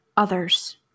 Others